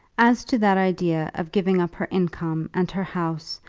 as to that idea of giving up her income and her house,